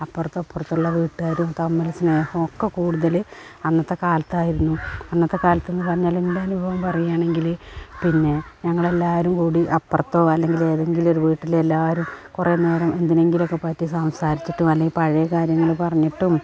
അപ്പുറത്തും ഇപ്പുറത്തും ഉള്ള വീട്ടുകാരും തമ്മിൽ സ്നേഹം ഒക്കെ കൂടുതല് അന്നത്തെ കാലത്തായിരുന്നു അന്നത്തെ കാലത്ത് എന്ന് പറഞ്ഞാല് എൻ്റെ അനുഭവം പറയുകയാണെങ്കിൽ പിന്നെ ഞങ്ങളെല്ലാവരും കൂടി അപ്പുറത്തോ അല്ലെങ്കിൽ ഏതങ്കിലും ഒരു വീട്ടില് എല്ലാവരും കുറെ നേരം എന്തിനെങ്കിലും ഒക്കെ പറ്റി സംസാരിച്ചിട്ടോ അല്ലെങ്കിൽ പഴയ കാര്യങ്ങള് പറഞ്ഞിട്ടും